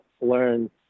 learn